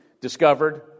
discovered